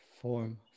Form